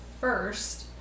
first